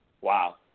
Wow